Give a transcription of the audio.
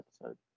episode